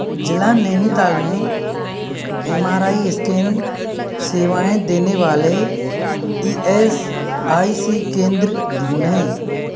ज़िला नैनीताल में M R I scan सेवाएँ देने वाले ई एस आई सी केंद्र ढूँढें